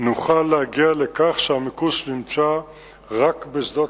נוכל להגיע לכך שהמיקוש נמצא רק בשדות